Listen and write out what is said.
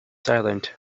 silent